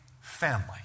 family